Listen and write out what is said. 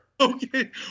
Okay